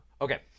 Okay